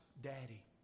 Daddy